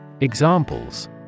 Examples